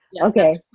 okay